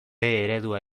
eredua